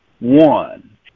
one